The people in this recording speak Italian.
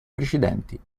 precedenti